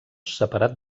separat